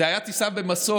זו הייתה טיסה במסוק.